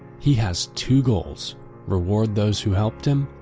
he has two goals reward those who helped him,